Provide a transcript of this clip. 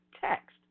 text